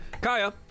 Kaya